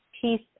peace